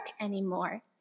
anymore